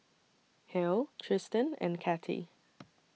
Hale Tristen and Cathie